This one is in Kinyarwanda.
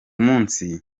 munsi